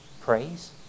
praise